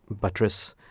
buttress